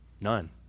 None